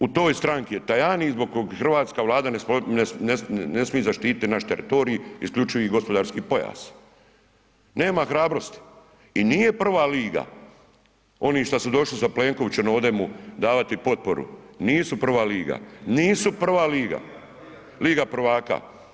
U toj stranki je Tajani zbog kog Hrvatska vlada ne smije zaštiti naš teritorij isključivi gospodarski pojas, nema hrabrosti i nije prva liga oni šta su došli sa Plenkovićem ovde mu davati potporu, nisu prva liga, nisu prva liga, liga prvaka.